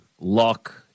Luck